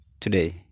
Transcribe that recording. today